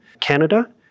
Canada